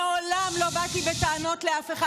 מעולם לא באתי בטענות לאף אחד.